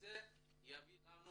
וזה יביא לנו